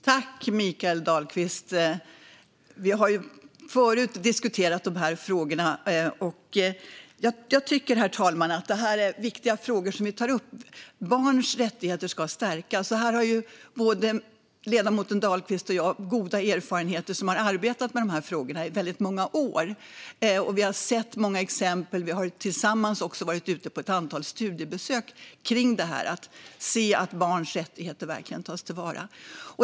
Herr talman! Vi har ju diskuterat de här frågorna tidigare. Jag tycker att det är viktiga frågor som Mikael Dahlqvist tar upp. Barns rättigheter ska stärkas. Här har både ledamoten Dahlqvist och jag goda erfarenheter från arbete med de här frågorna i många år. Vi har sett många exempel och också tillsammans varit ute på ett antal studiebesök som har handlat om att se till att barns rättigheter verkligen tas till vara.